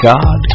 God